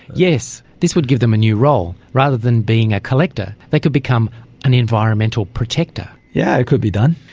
yes, this would give them a new role. rather than being a collector they could become an environmental protector. yes, yeah it could be done.